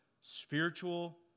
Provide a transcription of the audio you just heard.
Spiritual